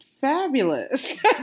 fabulous